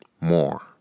more